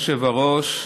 אדוני היושב-ראש,